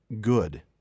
good